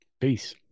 Peace